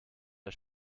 der